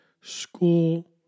school